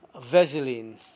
vaseline